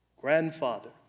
grandfather